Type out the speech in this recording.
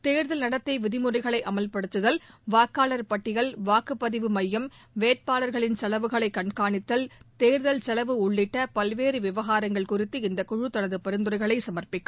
தேர்தல் நடத்தை விதிமுறைகளை அமவ்படுத்துதல் வாக்காளர் பட்டியல் வாக்குப்பதிவு மையம் வேட்பாளர்களின் செலவுகளை கண்காணித்தல் தேர்தல் செலவு உள்ளிட்ட பல்வேறு விவகாரங்கள் குறித்து இந்த குழு தனது பரிந்துரைகளை சமர்ப்பிக்கும்